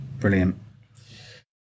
Brilliant